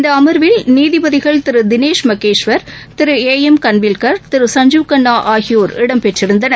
இந்த அம்வில் நீதிபதிகள் திரு தினேஷ் மகேஷ்வர் திரு ஏ எம் கான்வில்கள் திரு சஞ்ஜீவ் கன்னா ஆகியோர் இடம்பெற்றிருந்தனர்